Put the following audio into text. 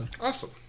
Awesome